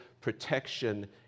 protection